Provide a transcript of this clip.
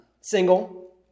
single